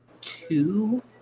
two